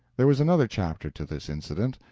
there was another chapter to this incident.